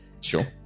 Sure